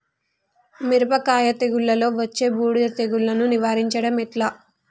మిరపకాయ తెగుళ్లలో వచ్చే బూడిది తెగుళ్లను నివారించడం ఎట్లా?